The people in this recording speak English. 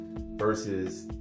versus